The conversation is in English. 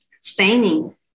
staining